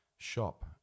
shop